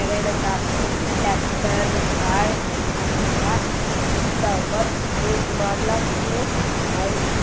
ಎರಡ ಚಾಕದ್ ಟ್ರ್ಯಾಕ್ಟರ್ ಭಾಳ್ ಕಮ್ಮಿ ರೇಟ್ದಾಗ್ ಸಿಗ್ತವ್ ಮತ್ತ್ ಯೂಜ್ ಮಾಡ್ಲಾಕ್ನು